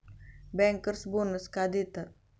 Bankers bonus का देतात?